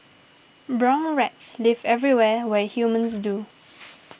brown rats live everywhere where humans do